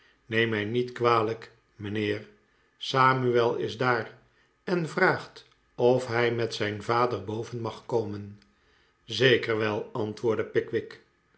neem mij niet kwalijk mijnheer samuel is daar en vraagt of hij met zijn vader boven mag komen wel zeker antwoordde